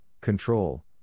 control